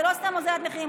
זו לא סתם הורדת מחירים,